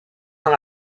dans